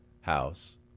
House